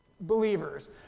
believers